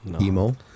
emo